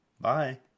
Bye